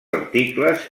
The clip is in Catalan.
articles